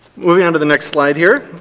moving on to the next slide here.